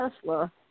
Tesla